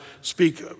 speak